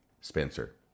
Spencer